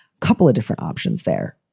couple of different options there.